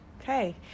Okay